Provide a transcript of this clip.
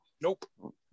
Nope